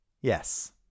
Yes